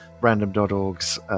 random.org's